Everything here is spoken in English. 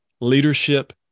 leadership